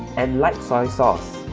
and light soy sauce